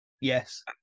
yes